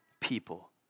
people